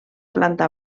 planta